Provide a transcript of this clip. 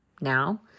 now